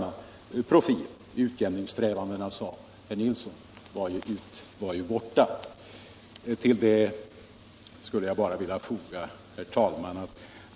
Utjämningssträvandena, sade herr Nilsson, är borta. Herr talman!